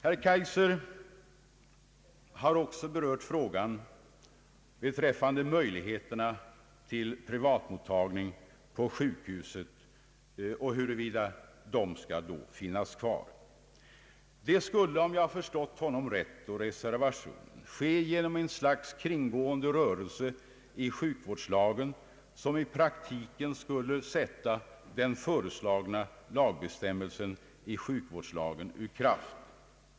Herr Kaijser har också berört frågan, om möjligheterna att ha kvar pri vatmottagningar på sjukhusen. Om jag förstått honom och reservationen rätt, skulle det ske genom ett slags kringgående rörelse som i praktiken skulle sätta den föreslagna lagbestämmelsen i sjukvårdslagen ur kraft.